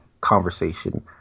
conversation